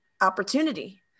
opportunity